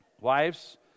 wives